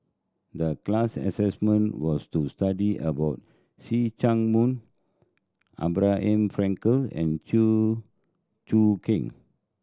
the class assignment was to study about See Chak Mun Abraham Frankel and Chew Choo Keng